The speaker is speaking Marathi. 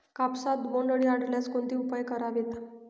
कापसात बोंडअळी आढळल्यास कोणते उपाय करावेत?